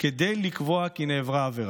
כדי לקבוע כי נעברה העבירה.